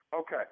Okay